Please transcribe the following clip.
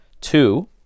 Two